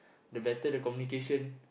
the better the communication